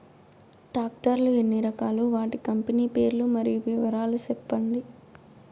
Tractor లు ఎన్ని రకాలు? వాటి కంపెని పేర్లు మరియు వివరాలు సెప్పండి?